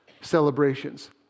celebrations